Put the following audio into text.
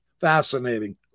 Fascinating